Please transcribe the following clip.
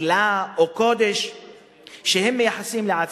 הילה או קודש שהם מייחסים לעצמם,